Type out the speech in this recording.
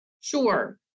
Sure